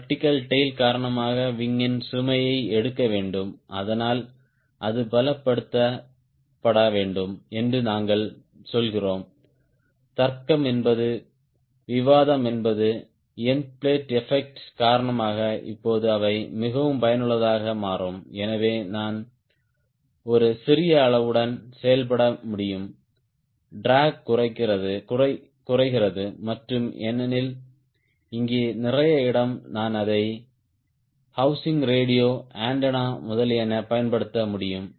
vertical tail காரணமாக wing யின் சுமையை எடுக்க வேண்டும் அதனால் அது பலப்படுத்தப்பட வேண்டும் என்று நாங்கள் சொல்கிறோம் தர்க்கம் என்பது விவாதம் என்பது எண்ட் பிளேட் எஃபெக்ட் காரணமாக இப்போது அவை மிகவும் பயனுள்ளதாக மாறும் எனவே நான் ஒரு சிறிய அளவுடன் செயல்பட முடியும் ட்ராக் குறைக்கிறது மற்றும் ஏனெனில் இங்கே நிறைய இடம் நான் அதை ஹௌசிங் ரேடியோ ஆண்டெனா முதலியன பயன்படுத்த முடியும்